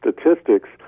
statistics